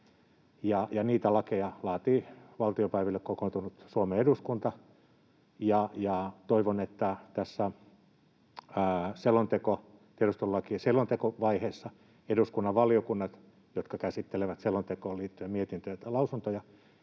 niitä lakeja laatii valtiopäiville kokoontunut Suomen eduskunta. Ja toivon, että tässä tiedustelulain selontekovaiheessa eduskunnan valiokunnat, jotka käsittelevät selontekoon liittyen mietintöä ja lausuntoja,